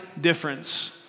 difference